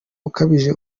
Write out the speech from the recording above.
ukabije